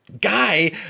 guy